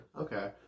Okay